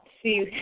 See